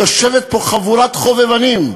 יושבת פה חבורת חובבנים,